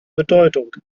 bedeutung